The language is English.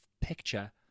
picture